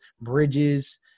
Bridges